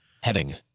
heading